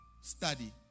study